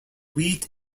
wheat